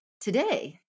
today